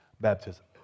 baptism